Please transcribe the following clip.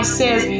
says